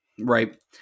Right